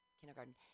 kindergarten